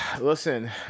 listen